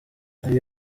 ari